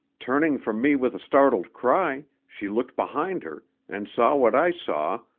turning from me with a startled cry, she looked behind her, and saw what i saw,